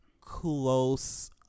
close